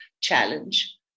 challenge